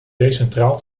decentraal